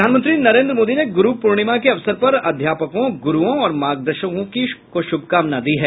प्रधानमंत्री नरेन्द्र मोदी ने गुरू पूर्णिमा के अवसर पर अध्यापकों गुरूओं और मार्गदर्शकों को शुभकामना दी है